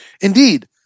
Indeed